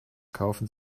kaufen